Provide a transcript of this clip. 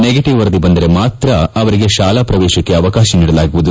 negative ವರದಿ ಬಂದರೆ ಮಾತ್ರ ಅವರಿಗೆ ಶಾಲಾ ಪ್ರವೇಶಕ್ಷೆ ಅವಕಾಶ ನೀಡಲಾಗುವುದು